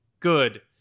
good